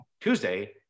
Tuesday